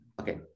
Okay